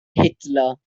hitler